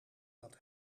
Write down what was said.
dat